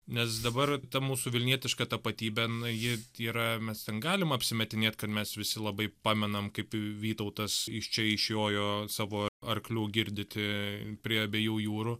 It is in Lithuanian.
nes dabar ta mūsų vilnietiška tapatybė na ji yra mes ten galim apsimetinėt kad mes visi labai pamenam kaip vytautas iš čia išjojo savo arklių girdyti prie abiejų jūrų